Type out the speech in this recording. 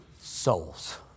souls